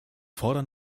fordern